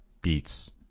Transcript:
beats